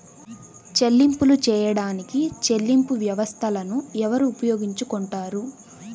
చెల్లింపులు చేయడానికి చెల్లింపు వ్యవస్థలను ఎవరు ఉపయోగించుకొంటారు?